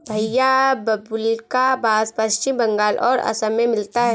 भईया बाबुल्का बास पश्चिम बंगाल और असम में मिलता है